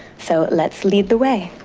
so let's lead the way.